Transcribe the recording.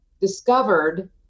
discovered